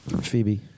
Phoebe